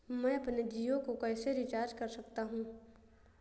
मैं अपने जियो को कैसे रिचार्ज कर सकता हूँ?